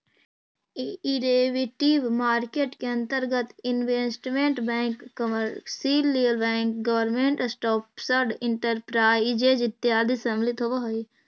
derivative market के अंतर्गत investment bank commercial bank government sponsored enterprises इत्यादि सम्मिलित होवऽ हइ